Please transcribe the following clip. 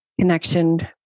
connection